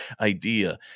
idea